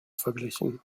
verglichen